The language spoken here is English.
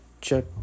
check